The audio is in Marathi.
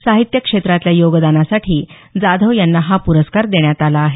साहित्य क्षेत्रातल्या योगदानासाठी जाधव यांना हा पुरस्कार देण्यात आला आहे